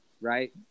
right